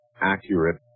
accurate